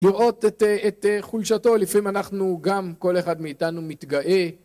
לראות את חולשתו לפעמים אנחנו גם כל אחד מאיתנו מתגאה